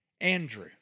Andrew